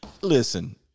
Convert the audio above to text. listen